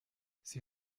sie